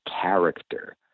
character